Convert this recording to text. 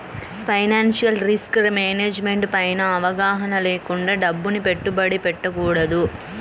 financial risk management పైన అవగాహన లేకుండా డబ్బుని పెట్టుబడి పెట్టకూడదు